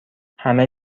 همه